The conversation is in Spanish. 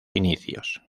inicios